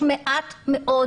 יש מעט מאוד